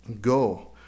go